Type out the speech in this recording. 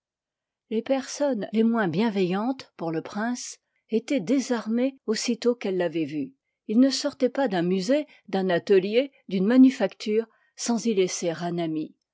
les personnes les moins bienveillantes pour le prince étoient désarmées aussitôt ii part qu'elles tavoient vu il ne sortoit pas d'un liv i musée d lin atelier d'une manufacture saris y laisser un ami